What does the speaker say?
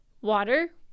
Water